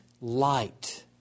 light